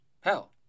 Hell